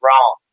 wrong